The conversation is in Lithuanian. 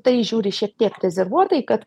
tai žiūri šiek tiek rezervuotai kad